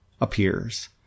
appears